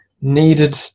needed